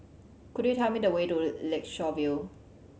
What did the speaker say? could you tell me the way to Lakeshore View